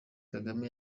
kagame